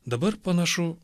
dabar panašu